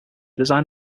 design